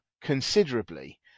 considerably